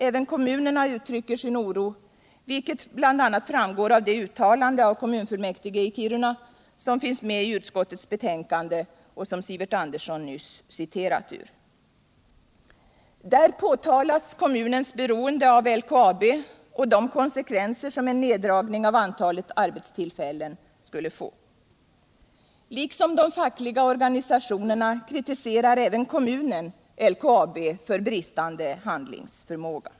Även kommunerna uttrycker sin oro, vilket bl.a. framgår av det uttalande av kommunfullmäktige i Kiruna som finns med i utskottets betänkande och som Sivert Andersson citerade ur. Där påtalas kommunens beroende av LKAB och de konsekvenser som en neddragning av antalet arbetstillfällen skulle få. Liksom de fackliga organisationerna kritiserar även kommunen LKAB för bristande handlingsförmåga.